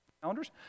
calendars